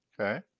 Okay